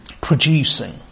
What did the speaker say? producing